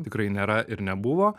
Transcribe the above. tikrai nėra ir nebuvo